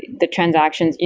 the transactions.